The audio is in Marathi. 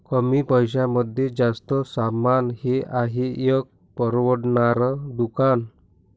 कमी पैशांमध्ये जास्त सामान हे आहे एक परवडणार दुकान